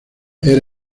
era